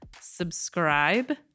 subscribe